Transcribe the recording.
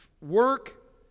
work